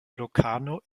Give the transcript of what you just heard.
locarno